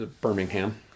Birmingham